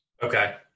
Okay